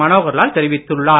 மனோகர் லால் தெரிவித்துள்ளார்